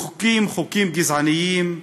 מחוקקים חוקים גזעניים,